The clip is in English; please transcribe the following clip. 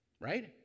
right